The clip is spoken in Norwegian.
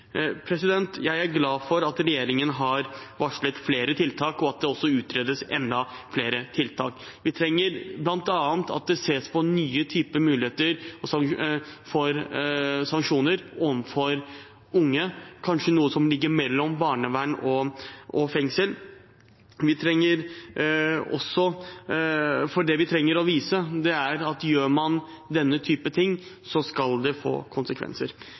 Jeg er glad for at regjeringen har varslet flere tiltak, og at det også utredes enda flere tiltak. Vi trenger bl.a. at det ses på nye typer muligheter for sanksjoner overfor unge, kanskje noe som ligger mellom barnevern og fengsel, for det vi trenger å vise, er at gjør man denne typen ting, skal det få konsekvenser.